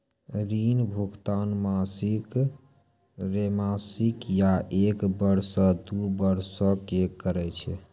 ऋण भुगतान मासिक, त्रैमासिक, या एक बरसो, दु बरसो मे करै छै